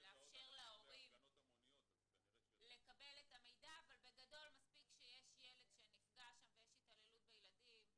לאפשר להורים לקבל את המידע אבל בגדול מספיק שנפגע ילד בגן